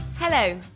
Hello